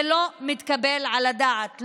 זה לא מתקבל על הדעת.